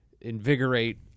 invigorate